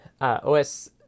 OS